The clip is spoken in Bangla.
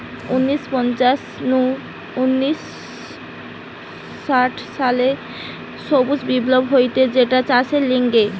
উনিশ শ পঞ্চাশ নু উনিশ শ ষাট সালে সবুজ বিপ্লব হতিছে যেটা চাষের লিগে